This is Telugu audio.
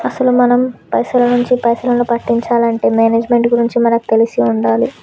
అసలు మనం పైసల నుంచి పైసలను పుట్టించాలంటే మేనేజ్మెంట్ గురించి మనకు తెలిసి ఉండాలి